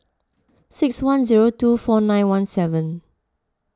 six one zero two four nine one seven